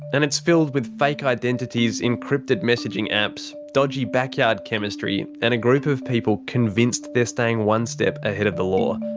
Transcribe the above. and it's filled with fake identities, encrypted messaging apps, dodgy backyard chemistry, and a group of people convinced they're staying one step ahead of the law.